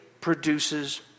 produces